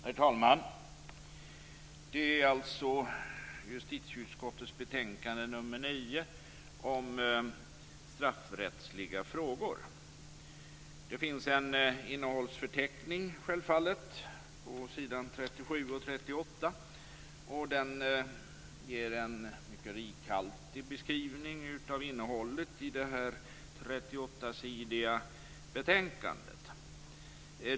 Herr talman! Det här gäller alltså justitieutskottets betänkande nr 9 om straffrättsliga frågor. Det finns självfallet en innehållsförteckning. Den finns på s. 37-38. Den ger en mycket rikhaltig beskrivning av innehållet i det här 38-sidiga betänkandet.